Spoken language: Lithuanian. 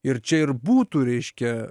ir čia ir būtų reiškia